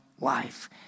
life